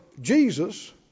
Jesus